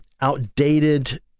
outdated